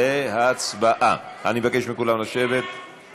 כדי לאפשר לאנשים לא לרכוש מוצרי התנחלויות,